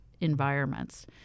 environments